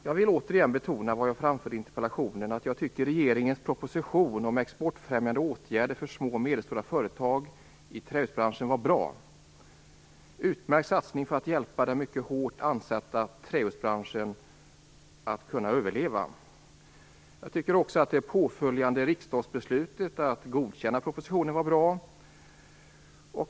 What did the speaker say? Jag vill återigen betona vad jag framförde i interpellationen, nämligen att jag anser att regeringens proposition om exportfrämjande åtgärder för små och medelstora företag i trähusbranschen var bra. Det var en utmärkt satsning för att hjälpa den mycket hårt ansatta trähusbranschen att överleva. Jag anser också att det påföljande riksdagsbeslutet att anta propositionen var bra.